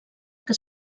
que